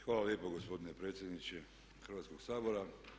Hvala lijepa gospodine predsjedniče Hrvatskog sabora.